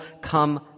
come